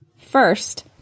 First